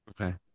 okay